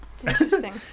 Interesting